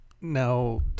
now